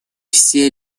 все